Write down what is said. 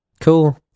Cool